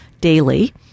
daily